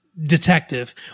detective